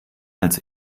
als